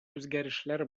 үзгәрешләр